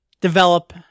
develop